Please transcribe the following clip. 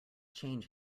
change